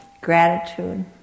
gratitude